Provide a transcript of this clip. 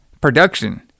production